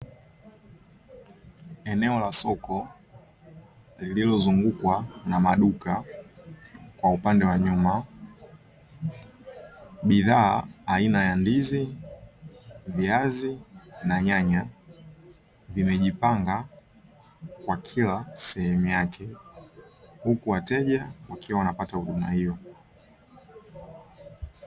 Eneo la soko lililozungukwa na maduka kwa upande wa nyuma, bidhaa aina ya ndizi, viazi na nyanya vimejipanga kwa kila sehemu yake huku wateja wakiwa wanapata huduma hiyo.